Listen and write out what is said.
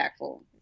impactful